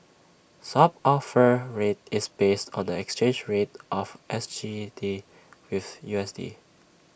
swap offer rate is based on the exchange rate of S G D with U S D